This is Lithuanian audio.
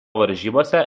varžybose